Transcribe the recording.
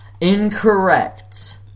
Incorrect